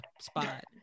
spot